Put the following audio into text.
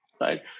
Right